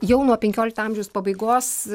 jau nuo penkiolikto amžiaus pabaigos